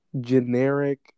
generic